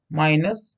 minus